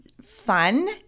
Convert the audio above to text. fun